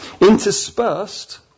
Interspersed